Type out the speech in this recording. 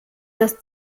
das